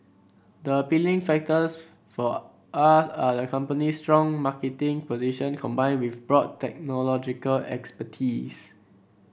the appealing factors for us are the company's strong marketing position combined with broad technological expertise